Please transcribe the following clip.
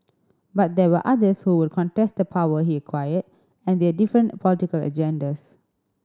but there were others who would contest the power he acquired and they had different political agendas